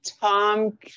Tom